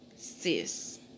sis